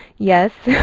yes.